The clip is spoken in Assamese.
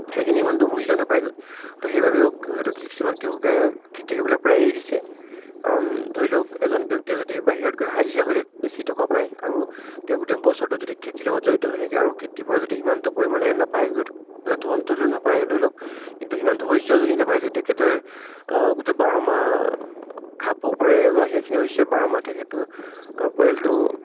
সেইখিনি সিমানটো মূল্য় নাপায়গৈ ত' সেইবাবেও হয়তো কিছুমান কৃষকে খেতি কৰিবলৈ প্ৰায় এৰি দিছে কাৰণ ধৰি লওক এজন ব্য়ক্তিয়ে যদি বাহিৰত গৈ হাজিৰা কৰিলে বেছি টকা পায় আৰু তেওঁ গোটেই বছৰটো যদি খেতিৰ লগত জড়িত হৈ থাকে আৰু খেতিৰ পৰা যদি সিমানটো পৰিমাণে নাপায়গৈ মানে ধনটোতো নাপায়ে ধৰি লওক কিন্তু সিমানটো শস্য় যদি নাপায় যে তেখেতে গোটেই বাৰ মাহ খাব পাৰে বা সেইখিনি শস্য় বাৰ মাহ তেখেতৰ পৰিয়ালটো